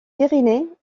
pyrénées